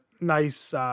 nice